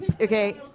Okay